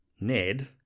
Ned